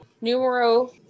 numero